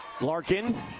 Larkin